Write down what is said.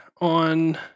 on